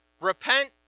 repent